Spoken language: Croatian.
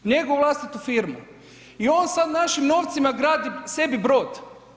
Njegovu vlastitu firmu i on sad našim novcima gradi sebi brod.